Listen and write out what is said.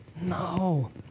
No